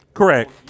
Correct